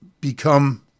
become